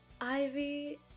Ivy